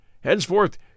Henceforth